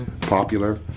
popular